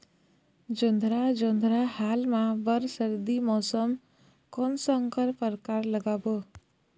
जोंधरा जोन्धरा हाल मा बर सर्दी मौसम कोन संकर परकार लगाबो?